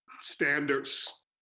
standards